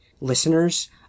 listeners